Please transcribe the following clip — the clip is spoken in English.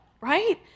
right